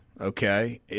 okay